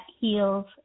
heals